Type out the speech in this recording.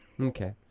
Okay